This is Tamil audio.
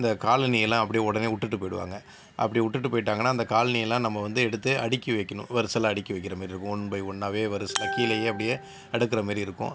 இந்த காலணியெல்லாம் அப்படியே உடனே விட்டுட்டு போயிடுவாங்கள் அப்படி விட்டுட்டு போயிட்டாங்கனால் அந்தக் காலணியெல்லாம் நம்ம வந்து எடுத்து அடுக்கி வைக்கணும் வரிசயா அடுக்கி வைக்கற மாதிரி இருக்கும் ஒன் பை ஒன்னாகவே வரிசையாக கீழேயே அப்படியே அடுக்கிற மாதிரி இருக்கும்